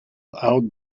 out